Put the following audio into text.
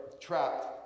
trapped